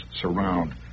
surround